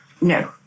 No